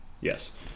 Yes